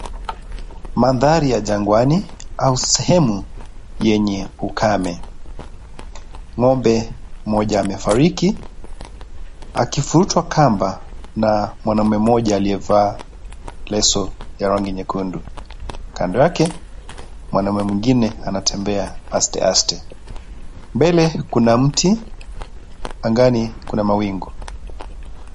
Maandhari ya jangwani au sehemu yenye ukame, ng'ombe mmoja amefariki akifutwa kamba na mwanamme mmoja aliyevaa leso ya rangi nyekundu. Kando yake mwanamme mwingine anatembea aste aste. Mbele kuna mti, angani kuna mawimgu.